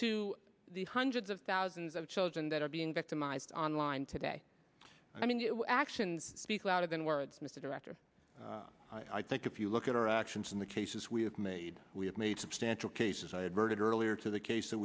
to the hundreds of thousands of children that are being victimized on line today i mean the actions speak louder than words mr director i think if you look at our actions in the cases we have made we have made substantial cases i had heard earlier to the case that